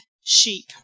sheep